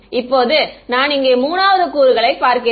இப்போது நான் இங்கே 3 வது கூறுகளைப் பார்க்கிறேன்